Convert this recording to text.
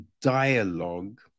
dialogue